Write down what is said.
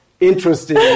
interesting